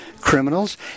criminals